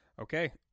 Okay